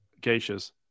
Geishas